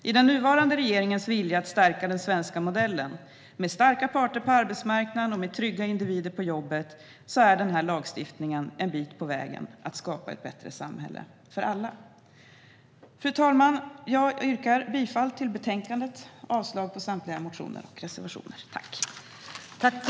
I den nuvarande regeringens vilja att stärka den svenska modellen med starka parter på arbetsmarknaden och med trygga individer på jobbet är den här lagstiftningen en bit på vägen att skapa ett bättre samhälle för alla. Fru talman! Jag yrkar bifall till utskottets förslag och avslag på samtliga reservationer.